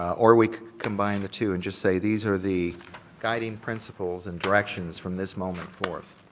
or we could combine the two and just say these are the guiding principles and directions from this moment forth.